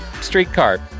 streetcar